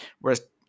Whereas